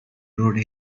rhode